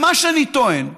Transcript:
מה שאני טוען,